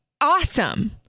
awesome